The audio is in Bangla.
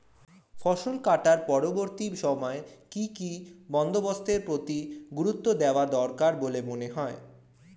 ফসল কাটার পরবর্তী সময়ে কি কি বন্দোবস্তের প্রতি গুরুত্ব দেওয়া দরকার বলে মনে হয়?